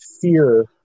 fear